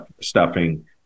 stuffing